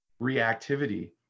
reactivity